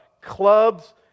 clubs